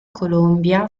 colombia